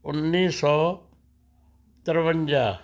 ਉੱਨੀ ਸੌ ਤਰਵੰਜਾ